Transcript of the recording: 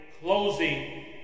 closing